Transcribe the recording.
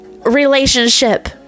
relationship